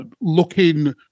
looking